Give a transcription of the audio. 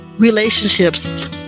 relationships